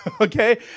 Okay